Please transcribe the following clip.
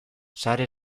sare